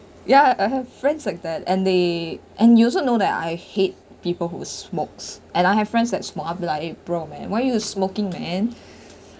ya I have friends like that and they and you also know that I hate people who smokes and I have friends that smoke I'll be like eh bro man why you smoking man